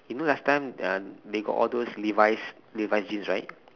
you know last time um they got all those levi's levi's jeans right